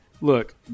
Look